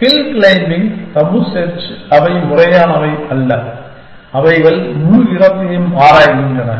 hill climbing tabu search அவை முறையானவை அல்ல அவைகள் முழு இடத்தையும் ஆராய்கின்றன